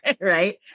right